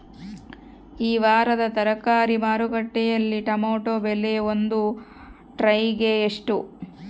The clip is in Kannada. ಈ ವಾರದ ತರಕಾರಿ ಮಾರುಕಟ್ಟೆಯಲ್ಲಿ ಟೊಮೆಟೊ ಬೆಲೆ ಒಂದು ಟ್ರೈ ಗೆ ಎಷ್ಟು?